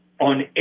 on